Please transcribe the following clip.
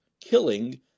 killing